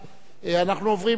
אנחנו עוברים לדיון,